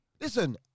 listen